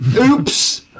oops